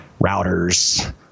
routers